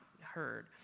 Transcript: heard